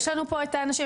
יש לנו פה את האנשים,